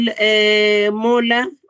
Mola